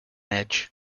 edge